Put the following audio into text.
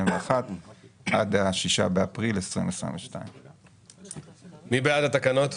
עד ה-6 באפריל 2022. מי בעד התקנות?